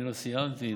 סיימתי,